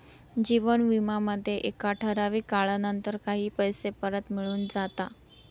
जीवन विमा मध्ये एका ठराविक काळानंतर काही पैसे परत मिळून जाता